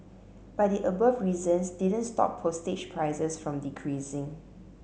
but the above reasons didn't stop postage prices from decreasing